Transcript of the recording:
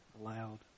aloud